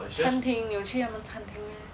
餐厅你有去他们餐厅 meh